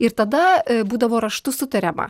ir tada būdavo raštu sutariama